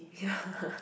ya